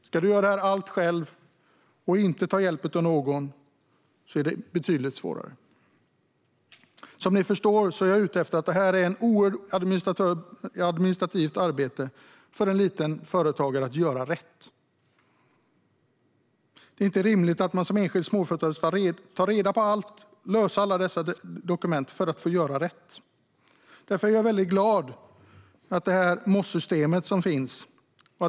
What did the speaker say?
Ska du göra allt själv och inte ta hjälp av någon är det betydligt svårare. Som ni förstår är jag ute efter att visa att det här är ett oerhört administrativt arbete för en liten företagare. Det är inte rimligt att man som enskild småföretagare ska ta reda på allt och lösa alla dessa dokument för att få göra rätt. Därför är jag väldigt glad att MOSS-systemet finns.